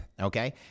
Okay